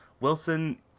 Wilson